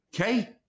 Okay